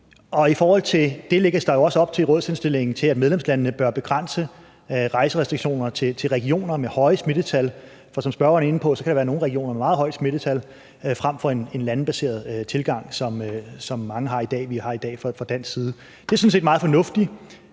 i rådshenstillingen op til, at medlemslandene bør begrænse rejserestriktioner til regioner med høje smittetal – for som spørgeren er inde på, kan der være nogle regioner med meget højt smittetal – frem for at have en landebaseret tilgang, hvad mange har, og som vi har i dag fra dansk side. Det er sådan set meget fornuftigt.